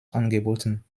angeboten